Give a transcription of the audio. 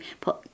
put